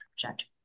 project